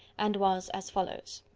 and was as follows